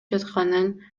жатканын